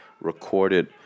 recorded